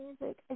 music